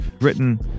written